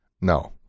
No